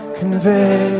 convey